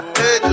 hey